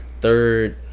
third